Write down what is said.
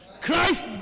Christ